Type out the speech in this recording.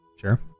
Sure